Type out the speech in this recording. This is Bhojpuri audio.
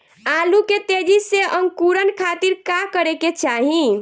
आलू के तेजी से अंकूरण खातीर का करे के चाही?